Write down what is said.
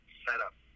setup